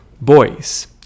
boys